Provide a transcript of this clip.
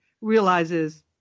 realizes